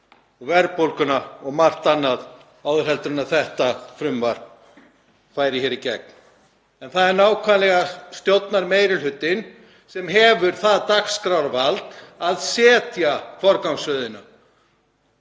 verðbólguna og margt annað áður en þetta frumvarp færi hér í gegn. Það er nákvæmlega stjórnarmeirihlutinn sem hefur það dagskrárvald að setja forgangsröðina.